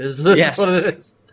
Yes